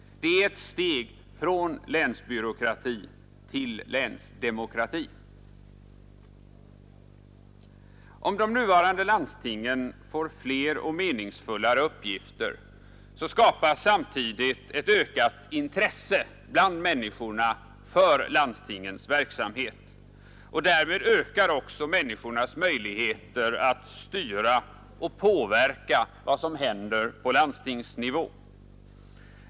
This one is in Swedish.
Det är ett steg från länsbyråkrati till länsdemokrati. Om de nuvarande landstingen får flera och meningsfullare uppgifter, skapas samtidigt ett ökat intresse bland människorna för landstingens verksamhet och därmed ökar också människornas möjligheter att styra och påverka vad som händer på landstingsnivå.